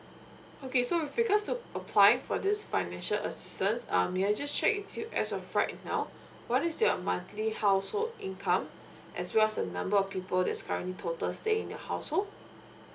okay so with regards to applying for this financial assistance um may I just check with you as of right now what is your monthly household income as well as the number of people that's currently total stay in your household